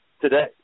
today